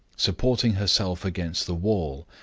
supporting herself against the wall,